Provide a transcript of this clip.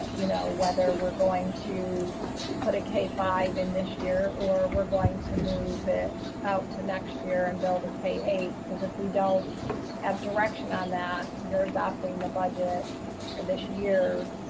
ah you know, whether we're going to put a k five in this year, or we're going move it out to next year and build a k eight. because if we don't have direction on that, you're adopting the budget for this year,